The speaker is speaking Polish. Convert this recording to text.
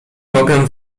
mogę